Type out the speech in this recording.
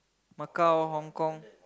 Macau HongKong